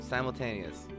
Simultaneous